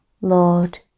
lord